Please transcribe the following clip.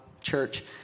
church